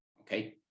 Okay